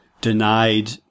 Denied